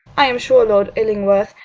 i am sure, lord illingworth,